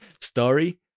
story